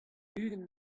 ugent